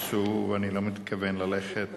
עשו ואני לא מתכוון ללכת